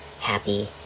happy